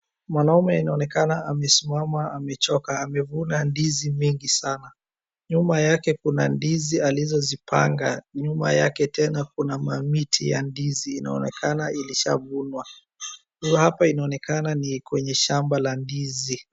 Mwanaume inaonekana amesimama amechoka. Amevuna ndizi mingi sana. Nyuma yake kuna ndizi alizo zipanga. Nyuma yake tena kuna mamiti ya ndizi inaonekana ilishavunwa. Hapa inaonekana ni kwenye shamba la ndizi.